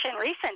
recent